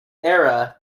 era